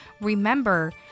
Remember